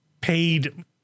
paid